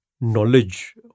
Knowledge